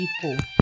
people